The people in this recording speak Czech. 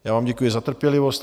Já vám děkuji za trpělivost.